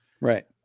Right